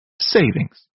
savings